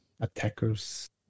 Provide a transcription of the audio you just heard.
attackers